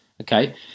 okay